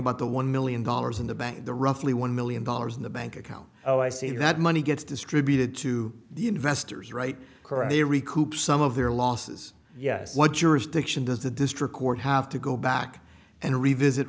about the one million dollars in the bank the roughly one million dollars in the bank account oh i see that money gets distributed to the investors right correct they recruit some of their losses yes what jurisdiction does the district court have to go back and revisit